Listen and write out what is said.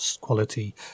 quality